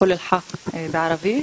'כל אלחק' בערבית.